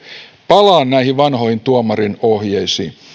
palaan näihin vanhoihin tuomarinohjeisiin